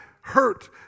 hurt